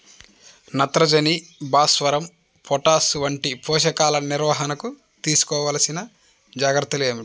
నత్రజని, భాస్వరం, పొటాష్ వంటి పోషకాల నిర్వహణకు తీసుకోవలసిన జాగ్రత్తలు ఏమిటీ?